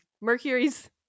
Mercury's